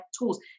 tools